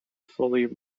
fully